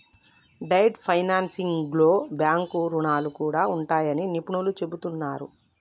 debt ఫైనాన్సింగ్లో bank రుణాలు కూడా ఉంటాయని నిపుణులు చెబుతున్నరు